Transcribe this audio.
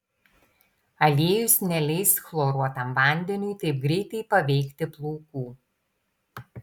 aliejus neleis chloruotam vandeniui taip greitai paveikti plaukų